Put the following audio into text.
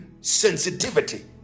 sensitivity